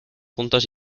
juntos